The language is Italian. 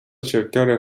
cercare